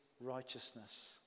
righteousness